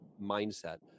mindset